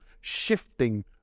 shifting